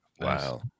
Wow